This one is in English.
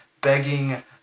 begging